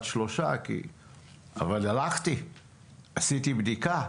הלכתי ועשיתי בדיקה.